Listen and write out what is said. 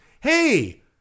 Hey